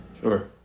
Sure